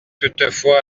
toutefois